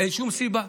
אין שום סיבה.